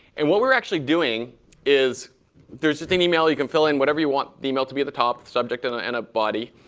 and what we're actually doing is there's just an email. you can fill in whatever you want the email to be at the top, subject, and ah and a body.